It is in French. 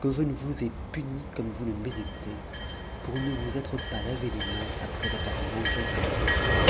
que je ne vous aie puni comme vous le méritez pour ne vous être pas lavé les mains après avoir mangé d'un ragoût à l'ail